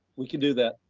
we can do that.